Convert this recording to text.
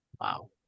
Wow